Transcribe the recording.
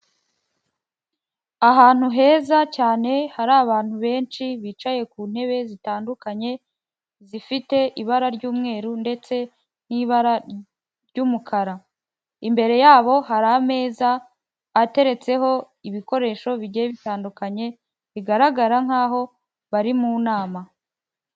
Ahantu heza cyane, hari abantu benshi bicaye ku ntebe zitandukanye, zifite ibara ry'umweru ndetse n'ibara ry'umukara. Imbere yabo hari ameza ateretseho ibikoresho bigiye bitandukanye, bigaragara nkaho bari mu nama.